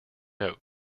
note